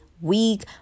week